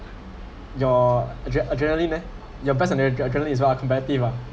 your adre~ adrenaline leh your best adre~ adrenaline is what ah competitive ah